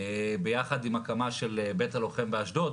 ביחד עם הקמה של בית הלוחם באשדוד